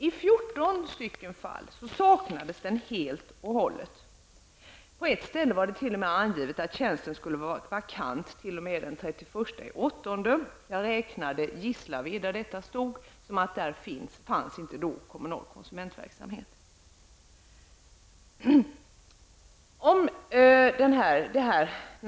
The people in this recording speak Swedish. I 14 fall saknades uppgiften helt och hållet. På ett ställe var det t.o.m. angivet att tjänsten skulle vara vakant t.o.m. den 31 augusti. Jag räknade inte med att det fanns kommunal konsumentverksamhet i Gisslaved, som denna anteckning gällde.